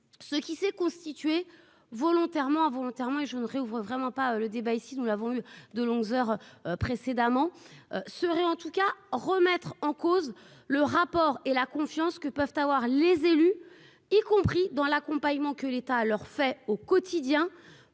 ce qui s'est constitué, volontairement, volontairement, et je ne réouvre vraiment pas le débat ici, nous l'avons eu de longues heures précédemment seraient en tout cas remettre en cause le rapport et la confiance que peuvent avoir les élus y compris dans l'accompagnement que l'État leur fait au quotidien